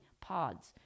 Pods